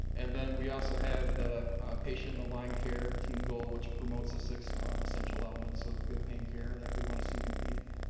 and then we also have the patient aligned care team goal which promotes the six essential elements of good pain care that we wanna see in va.